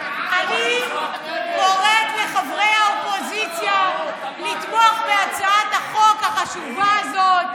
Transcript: קוראת לחברי האופוזיציה לתמוך בהצעת החוק החשובה הזאת.